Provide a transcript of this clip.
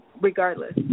regardless